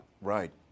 Right